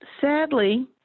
Sadly